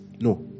No